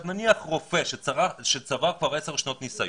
נניח רופא שצבר כבר 10 שנות ניסיון,